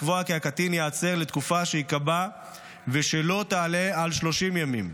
לקבוע כי הקטין ייעצר לתקופה שיקבע שלא תעלה על 30 ימים.